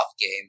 game